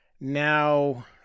Now